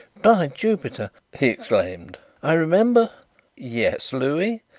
by jupiter! he exclaimed. i remember yes, louis?